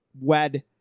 wed